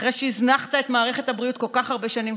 אחרי שהזנחת את מערכת הבריאות כל כך הרבה שנים,